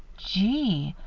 gee!